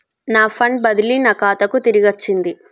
నా ఫండ్ బదిలీ నా ఖాతాకు తిరిగచ్చింది